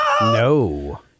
No